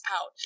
out